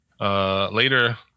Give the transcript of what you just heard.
Later